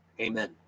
Amen